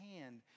hand